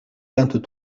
vingt